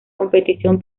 competición